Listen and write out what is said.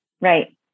Right